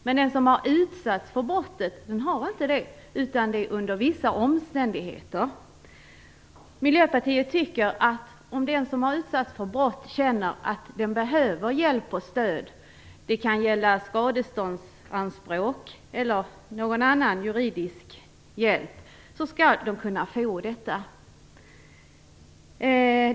Men den som har utsatts för brottet har inte det, utan det gäller under vissa omständigheter. Miljöpartiet tycker att om den som har utsatts för brott känner att han behöver hjälp och stöd - det kan gälla skadeståndsanspråk eller annan juridisk hjälp - skall han kunna få detta.